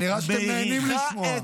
נראה שאתם נהנים לשמוע.